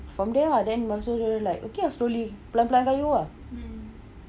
from there ah then masuk like okay lah slowly perlahan perlahan kayuh ah